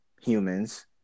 humans